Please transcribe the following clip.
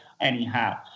anyhow